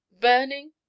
burning